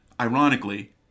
ironically